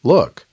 Look